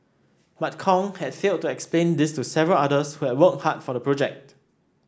but Kong had failed to explain this to several others who had worked hard for the project